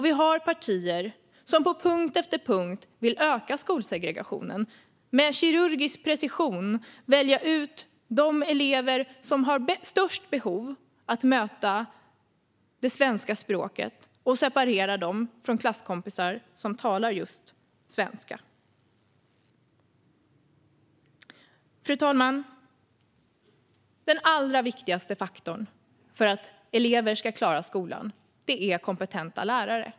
Vi har partier som på punkt efter punkt vill öka skolsegregationen och med kirurgisk precision välja ut de elever som har störst behov av att möta svenska språket och separera dem från klasskompisar som talar just svenska. Fru talman! Den allra viktigaste faktorn för att elever ska klara skolan är kompetenta lärare.